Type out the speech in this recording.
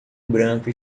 branco